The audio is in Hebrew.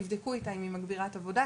תבדקו איתה אם היא מגבירת עבודה,